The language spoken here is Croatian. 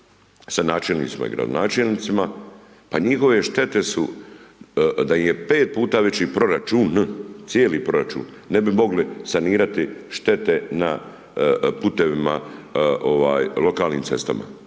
sa načelnicima i gradonačelnicima, pa njihove štete su, da im je 5 puta veći proračun, cijeli proračun, ne bi mogli sanirati štete na putevima, lokalnim cestama,